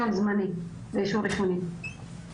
אישור ראשוני.